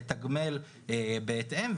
לתגמל בהתאם.